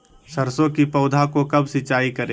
सरसों की पौधा को कब सिंचाई करे?